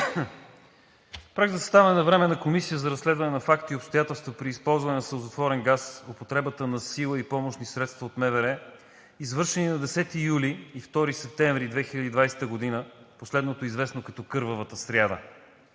Проект за съставяне на Временна комисия за разследване на факти и обстоятелства при използване на сълзотворен газ, употребата на сила и помощни средства от МВР, извършени на 10 юли и 2 септември 2020 г. – последното известно като „кървавата сряда“,